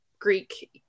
Greek